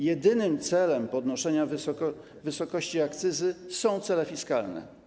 Jedynym celem podnoszenia wysokości akcyzy są cele fiskalne.